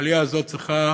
העלייה הזאת צריכה